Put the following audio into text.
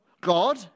God